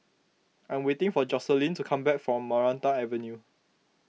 I am waiting for Joselyn to come back from Maranta Avenue